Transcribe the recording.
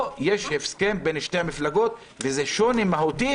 פה יש הסכם בין שתי המפלגות וזה שוני מהותי,